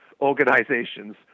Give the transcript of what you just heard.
organizations